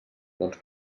doncs